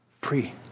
free